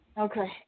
Okay